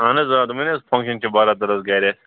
اہَن حظ آ دوٚپ مےَ نا حظ فَنٛکشَن چھِ برادرَس گرِ اَسہِ